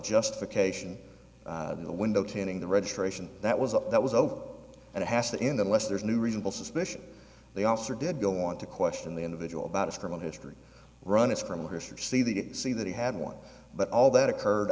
justification the window tending the registration that was up that was over and it has to end unless there's a new reasonable suspicion they also did go on to question the individual about his current history run its course or see the see that he had one but all that occurred